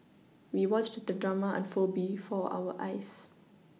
we watched the drama unfold before our eyes